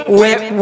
whip